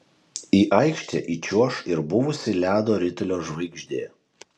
į aikštę įčiuoš ir buvusi ledo ritulio žvaigždė